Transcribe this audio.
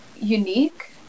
unique